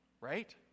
right